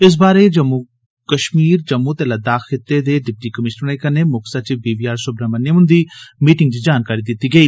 इस बारै कश्मीर जम्मू ते लद्दाख खित्तें दे डिप्टी कमीश्नरें कन्नै मुक्ख सचिव बी वी आर सुब्रामणियम हुन्दी मीटिंग च जानकारी दिती गेई